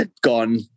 gone